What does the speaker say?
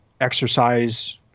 exercise